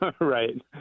Right